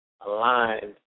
aligned